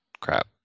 crap